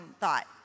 thought